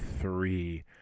three